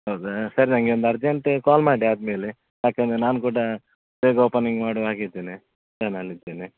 ಹೌದಾ ಸರಿ ನನಗೆ ಒಂದು ಅರ್ಜೆಂಟ್ ಕಾಲ್ ಮಾಡಿ ಆದ ಮೇಲೆ ಯಾಕೆಂದರೆ ನಾನು ಕೂಡ ಬೇಗ ಓಪನಿಂಗ್ ಮಾಡುವ ಹಾಗೆ ಇದ್ದೇನೆ ಪ್ಲ್ಯಾನಲ್ಲಿ ಇದ್ದೇನೆ